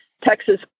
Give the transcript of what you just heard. texas